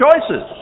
choices